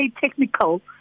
Technical